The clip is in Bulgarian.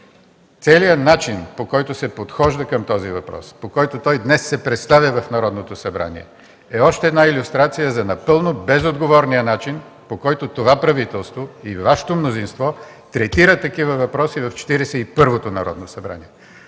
решение? Начинът, по който се подхожда към този въпрос, по който той днес се представя в Народното събрание, е още една илюстрация за напълно безотговорния начин, по който това правителство и Вашето мнозинство третират такива въпроси в Четиридесет